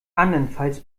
andernfalls